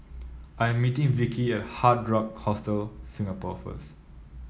I am meeting Vicki at Hard Rock Hostel Singapore first